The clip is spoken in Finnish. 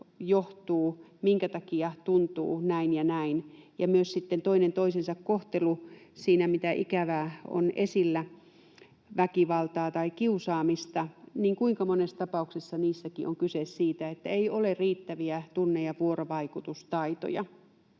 johtuu, minkä takia tuntuu näin ja näin, ja myös toinen toisensa kohtelussa siinä, mitä ikävää on esillä, väkivaltaa tai kiusaamista, kuinka monessa niistäkin tapauksista on kyse siitä, että ei ole riittäviä tunne‑ ja vuorovaikutustaitoja.